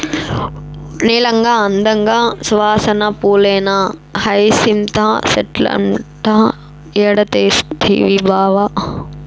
నీలంగా, అందంగా, సువాసన పూలేనా హైసింత చెట్లంటే ఏడ తెస్తవి బావా